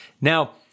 Now